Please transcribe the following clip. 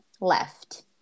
left